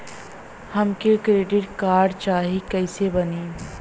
हमके credit card चाही कैसे बनी?